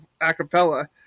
acapella